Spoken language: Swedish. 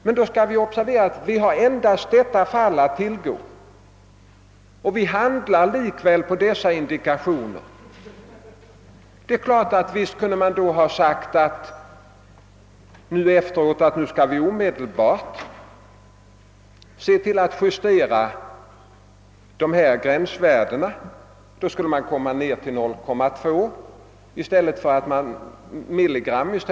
Vi får emellertid observera att myndigheterna endast har haft Minamata materialet att tillgå och har handlat enligt dess indikationer. Visst kunde man efteråt ha sagt att »nu skall vi omedelbart justera gränsvärdena». Då skulle man komma ned till 0,2 mg i stället för 1 mg per kg.